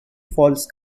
falls